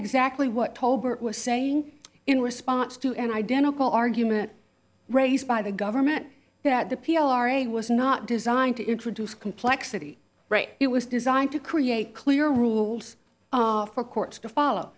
exactly what tolbert was saying in response to an identical argument raised by the government that the p r a was not designed to introduce complexity right it was designed to create clear rules for courts to follow